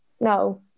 no